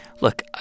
Look